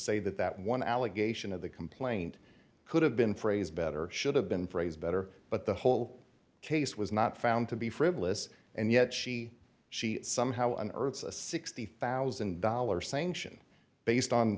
say that that one allegation of the complaint could have been phrased better should have been phrased better but the whole case was not found to be frivolous and yet she she somehow unearths a sixty thousand dollars sanction based on